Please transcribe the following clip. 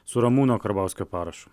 su ramūno karbauskio parašu